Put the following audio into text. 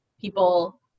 people